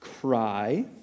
Cry